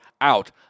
out